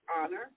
honor